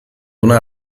una